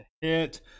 hit